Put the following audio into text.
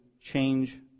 change